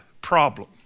problem